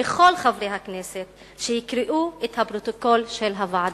מכל חברי הכנסת שיקראו את הפרוטוקול של הוועדה.